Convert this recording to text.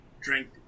drink